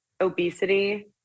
obesity